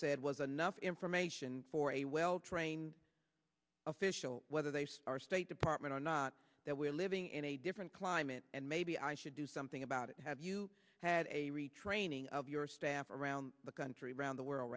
said was enough information for a well trained official whether they are state department or not that we're living in a different climate and maybe i should do something about it have you had a retraining of your staff around the country around the world